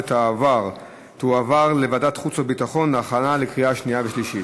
ותועבר לוועדת החוץ והביטחון להכנה לקריאה שנייה ושלישית.